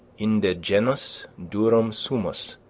inde ah genus durum sumus,